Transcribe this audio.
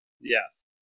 Yes